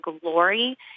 glory